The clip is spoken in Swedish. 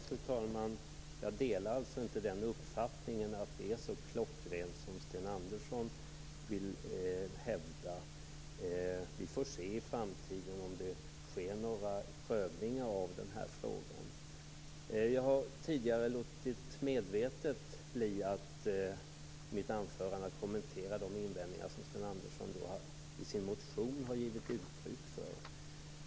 Fru talman! Jag delar inte uppfattningen att det är så klockrent som Sten Andersson vill hävda. Vi får i framtiden se om det sker några prövningar av den här frågan. Jag har tidigare i mitt anförande medvetet låtit bli att kommentera de invändningar som Sten Andersson har gett uttryck för i sin motion.